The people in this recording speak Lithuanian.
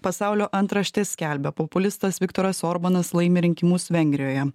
pasaulio antraštės skelbia populistas viktoras orbanas laimi rinkimus vengrijoje